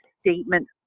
statement